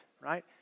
Right